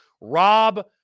Rob